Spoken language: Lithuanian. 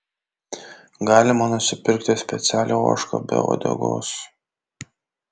galima nusipirkti specialią ožką be uodegos